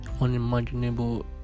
unimaginable